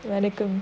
when it comes